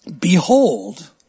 behold